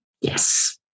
Yes